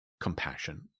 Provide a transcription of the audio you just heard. compassion